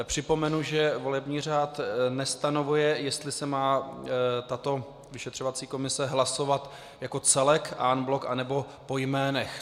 Připomenu, že volební řád nestanovuje, jestli se má tato vyšetřovací komise hlasovat jako celek en bloc, anebo po jménech.